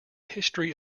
history